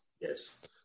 Yes